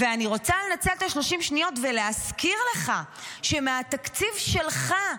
אני רוצה לנצל את 30 השניות ולהזכיר לך שאת תקציב שלך,